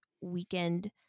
weekend